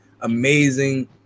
amazing